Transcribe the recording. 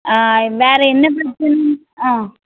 வேறு என்ன பிரச்சின ஆ